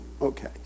okay